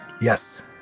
Yes